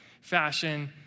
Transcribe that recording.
fashion